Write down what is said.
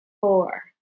four